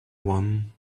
one